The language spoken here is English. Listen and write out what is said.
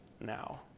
now